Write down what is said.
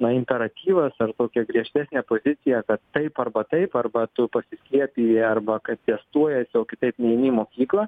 na imperatyvas ar tokia griežtesnė pozicija kad taip arba taip arba tu pasiskiepiji arba kad testuojiesi o kitaip neini į mokyklą